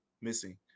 missing